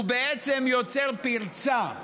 הוא בעצם יוצר פרצה,